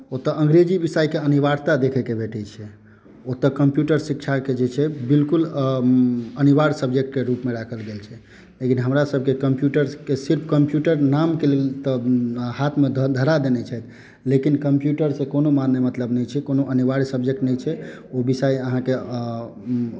ओतय अंग्रेजी विषयके अनिवार्यता देखयके भेटैत छै ओतय कम्प्यूटर शिक्षाके जे छै बिल्कुल अनिवार्य सब्जेक्टके रूपमे राखल गेल छै लेकिन हमरासभकेँ कम्प्यूटरके सिर्फ कम्प्यूटर नामके लेल तऽ हाथमे धरा देने छथि लेकिन कम्प्यूटरसँ कोनो मायने मतलब नहि छै कोनो अनिवार्य सब्जेक्ट नहि छै ओ विषय अहाँकेँ